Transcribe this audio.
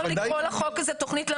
אנחנו בעצם נסחר בזכויות בנייה,